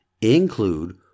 include